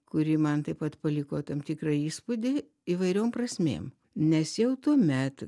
kuri man taip pat paliko tam tikrą įspūdį įvairiom prasmėm nes jau tuomet